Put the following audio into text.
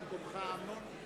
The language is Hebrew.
(קורא בשמות חברי הכנסת) רוחמה אברהם-בלילא,